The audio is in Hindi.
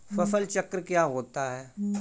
फसल चक्र क्या होता है?